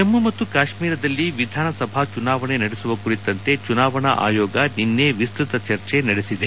ಜಮ್ಮ ಮತ್ತು ಕಾಶ್ನೀರದಲ್ಲಿ ವಿಧಾನಸಭಾ ಚುನಾವಣೆ ನಡೆಸುವ ಕುರಿತಂತೆ ಚುನಾವಣಾ ಆಯೋಗ ನಿನ್ನೆ ವಿಸ್ತ್ವತ ಚರ್ಚೆ ನಡೆಸಿದೆ